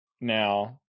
now